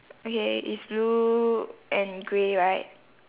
okay it's blue and grey right